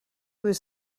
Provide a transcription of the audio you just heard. was